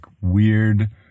weird